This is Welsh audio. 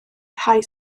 rhai